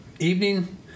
Evening